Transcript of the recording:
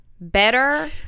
better